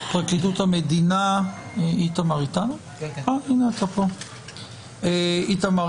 מפרקליטות המדינה עו"ד איתמר